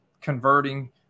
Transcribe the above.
converting